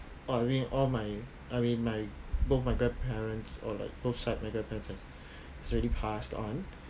I mean all my I mean my both my grandparents or like both side my grandparents has already passed on